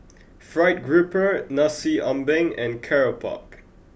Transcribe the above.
fried grouper Nasi Ambeng and Keropok